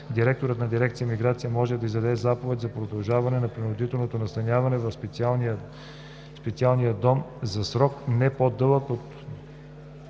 директорът на дирекция „Миграция“ може да издаде заповед за продължаване на принудителното настаняване в специалния дом за срок, не по-дълъг от